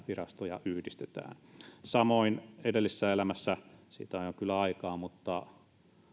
virastoja jopa yhdistetään samoin edellisessä elämässä siitä on jo kyllä aikaa mutta